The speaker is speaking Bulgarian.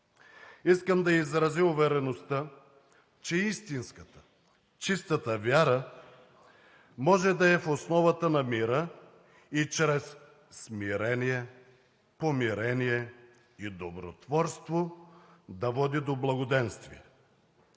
Искам да изразя увереността, че истинската, чистата вяра може да е в основата на мира и чрез смирение, помирение и добротворство да води до благоденствие.